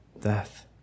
death